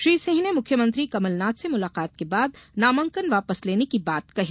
श्री सिंह ने मुख्यमंत्री कमलनाथ से मुलाकात के बाद नामांकन वापस लेने की बात कही